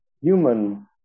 human